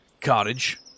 cottage